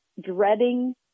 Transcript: dreading